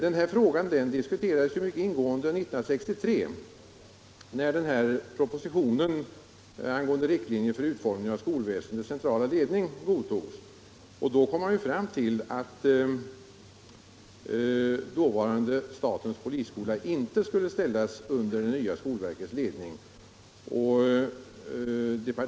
Denna fråga diskuterades ju mycket ingående 1963, när propositionen angående riktlinjer för utformning av skolväsendets centrala ledning godtogs. Då kom man fram till att dåvarande statens polisskola inte skulle ställas under det nya skolverkets ledning.